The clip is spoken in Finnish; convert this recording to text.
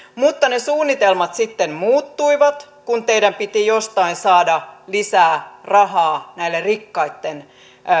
mutta ne suunnitelmat sitten muuttuivat kun teidän piti jostain saada lisää rahaa näille rikkaitten